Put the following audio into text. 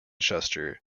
schuster